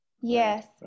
Yes